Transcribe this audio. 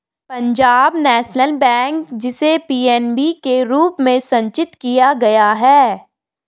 Punjab National Bank, जिसे PNB के रूप में संक्षिप्त किया गया है